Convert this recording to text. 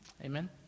Amen